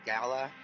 Gala